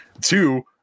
Two